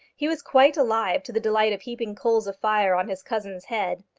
he was quite alive to the delight of heaping coals of fire on his cousin's head.